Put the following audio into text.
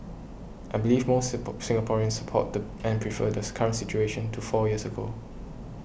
I believe most Singaporeans support the and prefer this current situation to four years ago